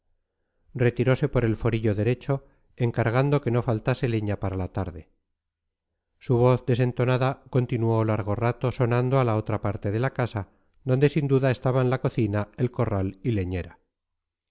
retirose por el forillo derecho encargando que no faltase leña para la tarde su voz desentonada continuó largo rato sonando a la otra parte de la casa donde sin duda estaban la cocina el corral y leñera